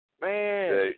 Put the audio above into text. Man